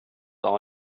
all